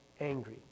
angry